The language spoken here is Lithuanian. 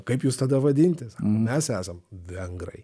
kaip jus tada vadinti mes esam vengrai